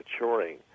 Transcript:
maturing